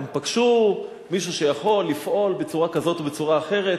הם פגשו מישהו שיכול לפעול בצורה כזאת או בצורה אחרת.